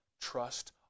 trust